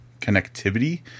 connectivity